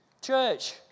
Church